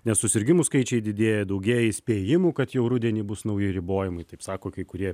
nes susirgimų skaičiai didėja daugėja įspėjimų kad jau rudenį bus nauji ribojimai taip sako kai kurie